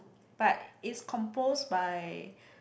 but it's composed by